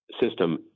system